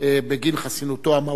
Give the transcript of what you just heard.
בגין חסינותו המהותית.